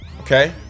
okay